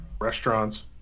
Restaurants